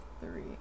three